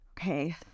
okay